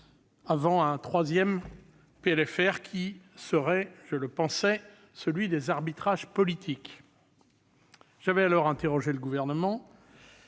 avant un troisième PLFR qui serait, je le pensais, celui des arbitrages politiques. J'avais alors interrogé le Gouvernement